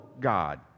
God